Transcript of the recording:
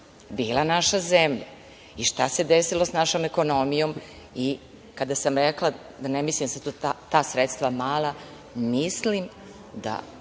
bila naša zemlja i šta se desilo sa našom ekonomijom. Kada sam rekla da ne mislim da su ta sredstva mala, mislim da